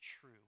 true